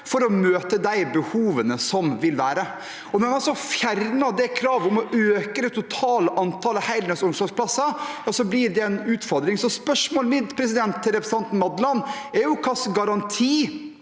for å møte de behovene som vil finnes. Når en da fjerner kravet om å øke det totale antallet heldøgns omsorgsplasser, blir det en utfordring. Spørsmålet mitt til representanten Madland er: Hvilken garanti